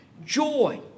Joy